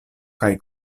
kaj